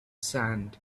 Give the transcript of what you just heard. sand